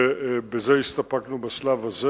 ובזה הסתפקנו בשלב הזה.